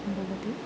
भवति